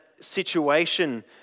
situation